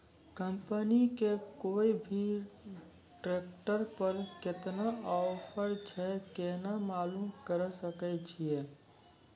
Company के कोय भी ट्रेक्टर पर केतना ऑफर छै केना मालूम करऽ सके छियै?